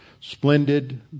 splendid